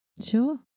Sure